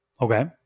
Okay